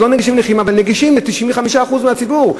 אז לא נגישים לנכים אבל נגישים ל-95% מהציבור.